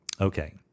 Okay